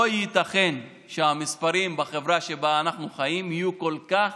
לא ייתכן שהמספרים בחברה שבה אנו חיים יהיו כל כך